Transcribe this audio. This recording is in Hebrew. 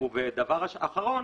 דבר אחרון,